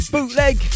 Bootleg